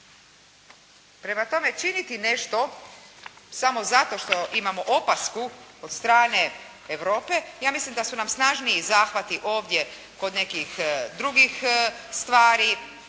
Prema tome činiti nešto samo zato što imamo pasku od strane Europe, ja mislim da su nam snažniji zahvati ovdje kod nekih drugih stvari,